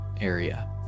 area